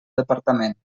departament